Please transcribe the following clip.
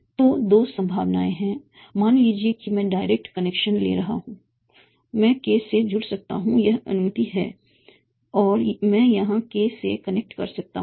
तो दो संभावनाएं हैं मान लीजिए कि मैं डायरेक्ट कनेक्शन ले रहा हूं मैं k से जुड़ सकता हूं यह अनुमति है या मैं यहां k से कनेक्ट कर सकता हूं